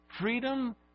Freedom